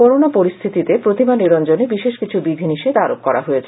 corona পরিস্থিতিতে প্রতিমা নিরঞ্জনে বিশেষ কিছু বিধিনিষেধ আরোপ করা হয়েছে